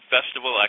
Festival